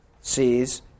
sees